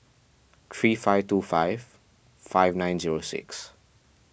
three five two five five nine zero six